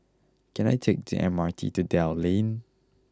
can I take the M R T to Dell Lane